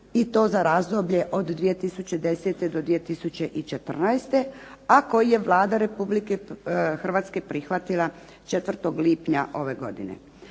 i to za razdoblje od 2010. do 2014., a koji je Vlada Republike Hrvatske prihvatila 4. lipnja ove godine.